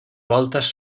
voltes